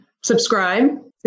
subscribe